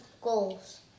Goals